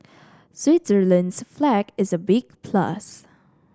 Switzerland's flag is a big plus